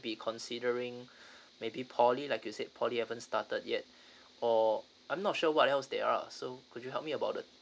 be considering maybe poly like you said poly haven't started yet or I'm not sure what else they are so could you help me about it